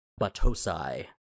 Batosai